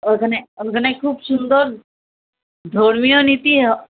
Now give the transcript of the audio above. ওখানে ওখানে খুব সুন্দর ধর্মীয় নীতি হ